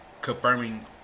confirming